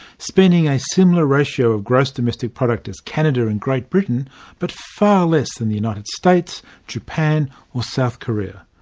spending a similar ratio of gross domestic product as canada and great britain but far less than the united states, japan or south korea.